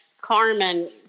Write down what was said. Carmen